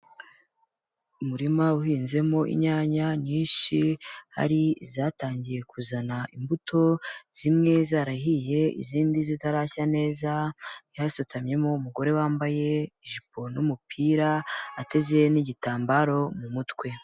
Umurima uhinzemo inyanya nyinshi, hari izatangiye kuzana imbuto, zimwe zarahiye, izindi zitarashya neza, hasutamyemo umugore wambaye ijipo n'umupira, ateze n'igitambaro mu mutwe.